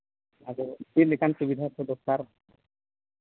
ᱟᱫᱚ ᱪᱮᱫᱞᱮᱠᱟᱱ ᱥᱩᱵᱤᱫᱷᱟ ᱠᱚ ᱫᱚᱨᱠᱟᱨ